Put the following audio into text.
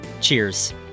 Cheers